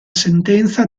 sentenza